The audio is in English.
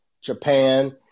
Japan